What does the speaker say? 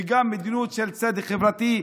וגם מדיניות של צדק חברתי.